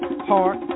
Heart